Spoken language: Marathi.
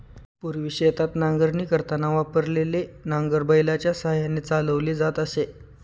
पूर्वी शेतात नांगरणी करताना वापरलेले नांगर बैलाच्या साहाय्याने चालवली जात असे